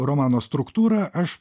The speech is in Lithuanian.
romano struktūrą aš